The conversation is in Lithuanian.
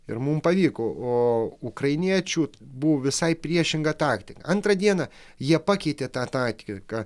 ir mum pavyko o ukrainiečių buvo visai priešingą taktika antrą dieną jie pakeitė tą taktiką